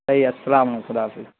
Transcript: صحیح ہے السلام علیکم خدا حافظ